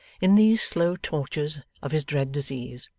in these slow tortures of his dread disease,